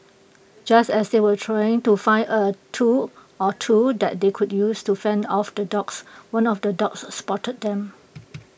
just as they were trying to find A tool or two that they could use to fend off the dogs one of the dogs are spotted them